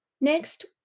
Next